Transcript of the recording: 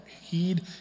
Heed